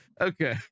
Okay